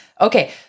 Okay